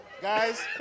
guys